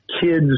kids